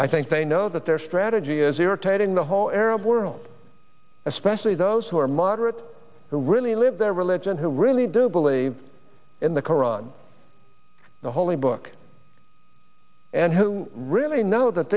i think they know that their strategy is irritating the whole arab world especially those who are moderate who really live their religion who really do believe in the koran the holy book and who really know that